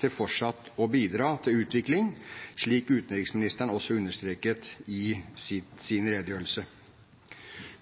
til fortsatt å bidra til utvikling, slik utenriksministeren også understreket i sin redegjørelse.